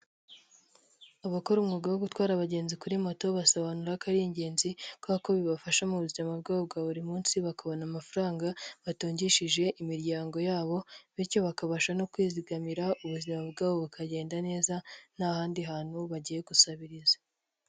Abakora umwuga wo gutwara abagenzi kuri moto basobanura ko ari ingenzi kubera ko bibafasha mu buzima bwabo bwa buri munsi, bakabona amafaranga batungishije imiryango yabo. Bityo bakabasha no kwizigamira ubuzima bwabo bukagenda neza nta handi hantu bagiye gusabiriza.